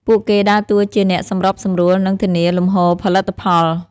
ពួកគេដើរតួជាអ្នកសម្របសម្រួល និងធានាលំហូរផលិតផល។